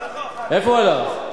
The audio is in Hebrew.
איפה הוא הלך?